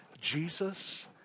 Jesus